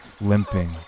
limping